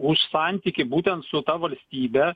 už santykį būtent su ta valstybe